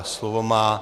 Slovo má...